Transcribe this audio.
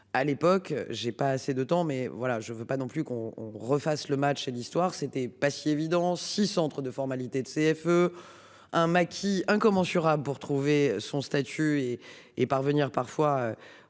À l'époque, j'ai pas assez de temps mais voilà je ne veux pas non plus qu'on refasse le match et l'histoire c'était pas si évident si centres de formalités de CFE. Un maquis incommensurable pour trouver son statut et et parvenir parfois